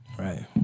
Right